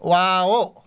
wow